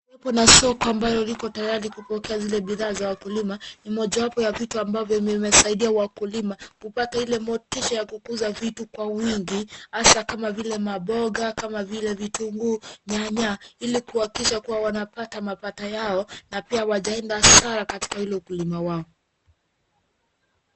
Hupo na soko ambayo liko tayari kupokea zile bidhaa za wakulima ni moja wapo ya vitu ambavyo vime saidia wakulima kupata ile motisha ya kukuza vitu kwa wingi hasa kama vile maboga, kama vile vitunguu, nyanya, ili kuakisha kuwa wanapata mapato yao na pia hawajaenda hasara katika ile ukulima wao.